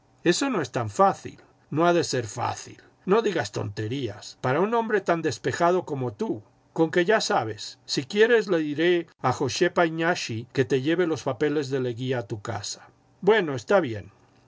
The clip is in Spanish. eso no es tan fácil no ha de ser fácil no digas tonterías para un hombre tan despejado como tú conque ya sabes si quieres le diré a la joshepa iñashi que te lleve los papeles de leguía a tu casa bueno está bien